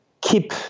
keep